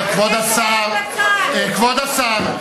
כבוד השר, כבוד השר,